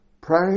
pray